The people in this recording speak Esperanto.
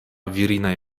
virinaj